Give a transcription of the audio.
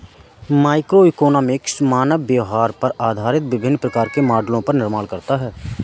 microeconomics मानव व्यवहार पर आधारित विभिन्न प्रकार के मॉडलों का निर्माण करता है